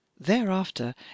thereafter